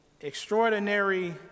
extraordinary